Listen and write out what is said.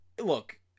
look-